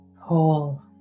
whole